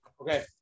okay